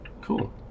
Cool